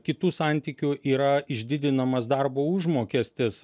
kitų santykių yra išdidinamas darbo užmokestis